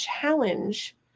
challenge